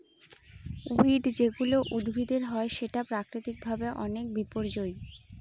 weed যেগুলা উদ্ভিদের হয় সেটা প্রাকৃতিক ভাবে অনেক বিপর্যই